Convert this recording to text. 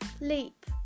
leap